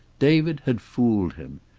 david had fooled him.